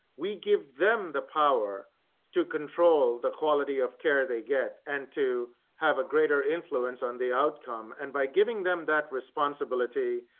we give them the power to control the quality of care. they get and to have a greater influence on the outcome and by giving them that responsibility,